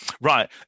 right